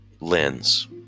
lens